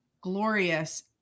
glorious